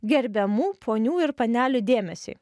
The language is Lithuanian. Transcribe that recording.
gerbiamų ponių ir panelių dėmesiui